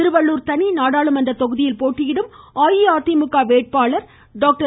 திருவள்ளுர் தனி நாடாளுமன்ற தொகுதியில் போட்டியிடும் அஇஅதிமுக வேட்பாளர் டாக்டர்